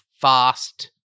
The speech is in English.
fast